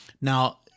Now